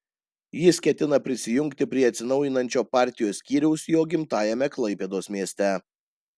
jis ketina prisijungti prie atsinaujinančio partijos skyriaus jo gimtajame klaipėdos mieste